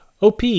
OP